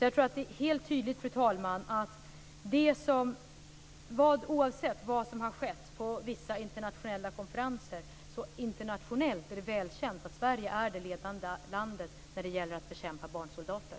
Jag tror att det är helt tydligt, fru talman, att oavsett vad som har skett på vissa konferenser är det välkänt internationellt att Sverige är det ledande landet när det gäller att bekämpa barnsoldater.